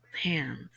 hands